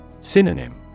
Synonym